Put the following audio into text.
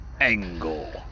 Angle